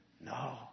No